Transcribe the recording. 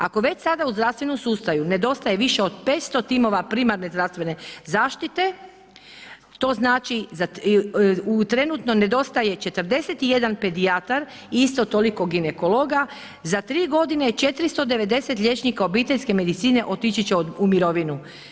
Ako već sada u zdravstvenom sustavu nedostaje više od 500 timova primarne zdravstvene zaštite, to znači u trenutno nedostaje 41 pedijatar i isto toliko ginekologa, za 3 godine 490 liječnika obiteljske medicine otići će u mirovinu.